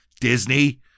Disney